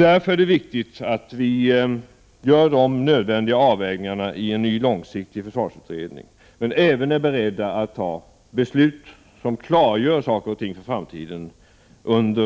Därför är det viktigt att vi gör de nödvändiga avvägningarna i en ny långsiktig försvarsutredning. Men vi måste även vara beredda att fatta beslut under 1989 som klargör saker och ting för framtiden. Därmed